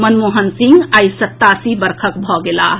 मनमोहन सिंह आइ सतासी वर्षक भऽ गेलाह